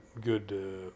good